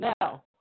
Now